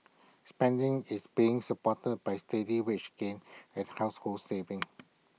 spending is being supported by steady wage gains and household savings